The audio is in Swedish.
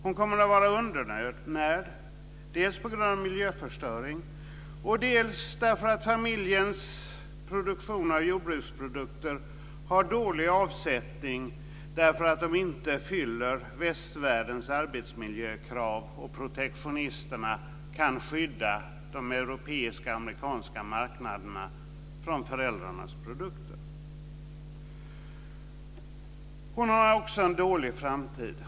Hon kommer att vara undernärd, dels på grund av miljöförstöring, dels på grund av att familjens produktion av jordbruksprodukter har dålig avsättning därför att de inte fyller västvärldens arbetsmiljökrav och protektionisterna kan skydda de europeiska och amerikanska marknaderna från föräldrarnas produkter. Hon har också en dålig framtid.